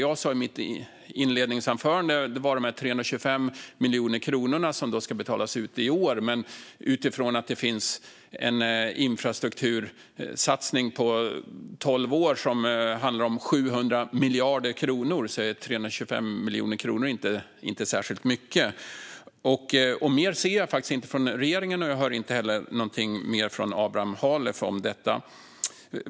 I mitt inledningsanförande nämnde jag de 325 miljoner som ska betalas ut i år, men med en infrastruktursatsning på tolv år på 700 miljarder kronor är 325 miljoner kronor inte särskilt mycket. Mer ser jag inte från regeringen, och jag hör inte heller något mer från Abraham Halef.